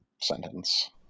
sentence